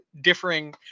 differing